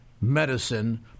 medicine